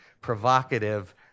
provocative